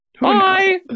Bye